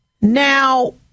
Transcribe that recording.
Now